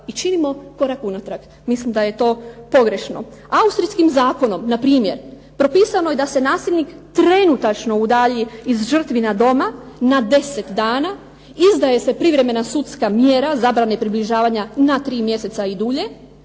i činimo korak unatrag. Mislim da je to pogrešno. Austrijskim zakonom npr. propisano je da se nasilnik trenutačno udalji iz žrtvina doma na 10 dana, izdaje se privremena sudska mjera zabrane približavanja na 3 mjeseca i dulje